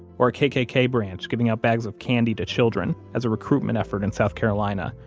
or a kkk branch giving out bags of candy to children as a recruitment effort in south carolina,